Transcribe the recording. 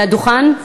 מהדוכן?